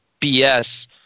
BS